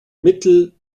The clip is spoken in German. mittel